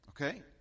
okay